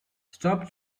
stop